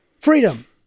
Freedom